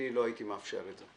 אני לא הייתי מאפשר את זה.